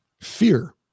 fear